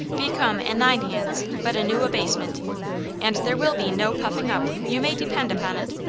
become, in thine hands, but a new abasement and there will be no puffing up you may depend upon it.